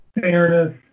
fairness